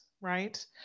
Right